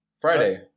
Friday